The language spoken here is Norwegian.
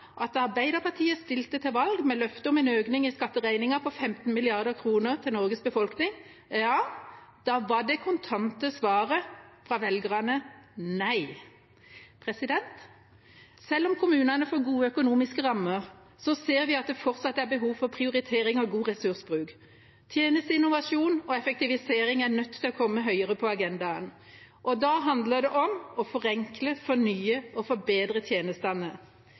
da Arbeiderpartiet stilte til valg med løfter om en økning i skatteregningen på 15 mrd. kr til Norges befolkning – ja, da var det kontante svaret fra velgerne: Nei. Selv om kommunene får gode økonomiske rammer, ser vi at det fortsatt er behov for prioritering og god ressursbruk. Tjenesteinnovasjon og effektivisering er nødt til å komme høyere på agendaen, og da handler det om å forenkle, fornye og forbedre tjenestene.